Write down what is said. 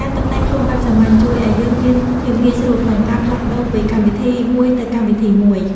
ការតុបតែងខ្លួនបែបសាមញ្ញជួយឱ្យយើងមានភាពងាយស្រួលក្នុងការផ្លាស់ប្តូរពីកម្មវិធីមួយទៅកម្មវិធីមួយ។